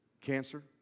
Cancer